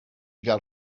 gael